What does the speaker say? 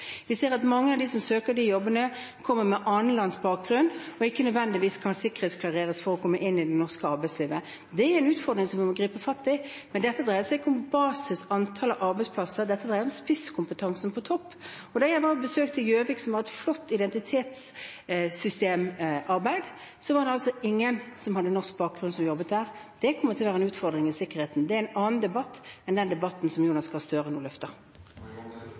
Vi ser at mange av dem som søker disse jobbene, kommer med annen lands bakgrunn og ikke nødvendigvis kan sikkerhetsklareres for å komme inn i det norske arbeidslivet. Det er en utfordring som vi må gripe fatt i, men dette dreier seg ikke om basisantallet arbeidsplasser; dette dreier seg om spisskompetansen på topp. Da jeg var og besøkte Gjøvik, som har et flott identitetssystem-arbeid, så var det altså ingen som hadde norsk bakgrunn som jobbet der. Det kommer til å være en utfordring for sikkerheten. Det er en annen debatt enn den debatten som Jonas Gahr Støre nå løfter.